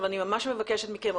אבל אני ממש מבקשת מכם,